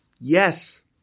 yes